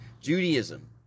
Judaism